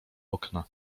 okna